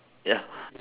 ya